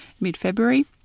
mid-February